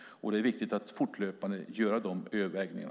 Det är viktigt att fortlöpande göra dessa överväganden.